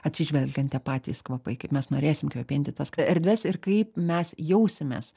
atsižvelgian tie patys kvapai kaip mes norėsim kvėpinti tas erdves ir kaip mes jausimės